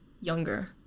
younger